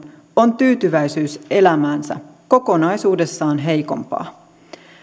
on tyytyväisyys elämäänsä kokonaisuudessaan heikompaa